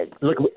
Look